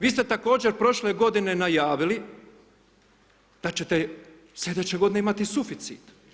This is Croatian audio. Vi ste također prošle godine najavili da ćete slijedeće godine imati suficit.